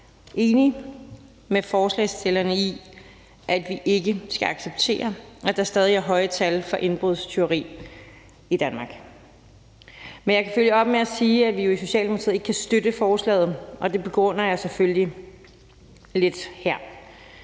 enig med forslagsstillerne i, at vi ikke skal acceptere, at der stadig er høje tal for indbrudstyveri i Danmark. Men jeg kan følge op med at sige, at vi i Socialdemokratiet ikke kan støtte forslaget, og det begrunder jeg selvfølgelig lidt her.